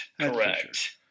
correct